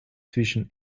zwischen